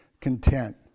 content